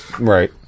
Right